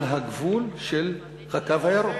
על הגבול של הקו הירוק.